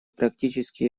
практически